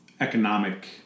economic